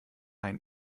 ein